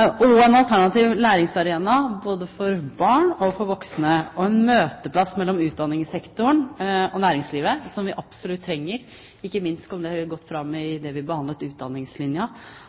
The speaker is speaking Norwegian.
og en alternativ læringsarena både for barn og voksne, og være en møteplass mellom utdanningssektoren og næringslivet, som vi absolutt trenger. Ikke minst kom det godt fram da vi behandlet Utdanningslinja,